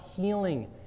healing